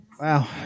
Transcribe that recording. Wow